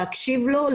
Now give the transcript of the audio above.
להקשיב לו,